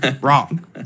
wrong